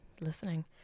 listening